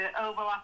overlapping